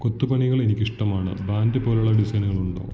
കൊത്തുപണികളെനിക്ക് ഇഷ്ടമാണ് ബാൻഡ് പോലുള്ള ഡിസൈനുകളുണ്ടോ